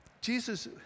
Jesus